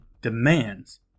demands